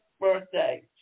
birthday